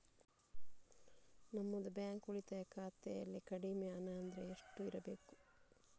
ನಮ್ಮದು ಬ್ಯಾಂಕ್ ಉಳಿತಾಯ ಖಾತೆಯಲ್ಲಿ ಕಡಿಮೆ ಹಣ ಅಂದ್ರೆ ಎಷ್ಟು ಇರಬೇಕು?